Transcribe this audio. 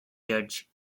judge